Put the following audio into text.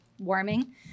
warming